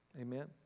Amen